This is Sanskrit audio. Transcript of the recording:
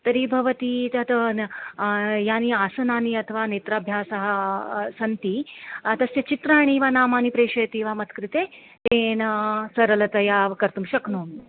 तर्हि भवती तत् यानि आसनानि अथवा नेत्राभ्यासः सन्ति तस्य चित्राणि वा नामानि प्रेषयती वा मत्कृते तेन सरलतया कर्तुं शक्नोमि